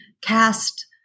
cast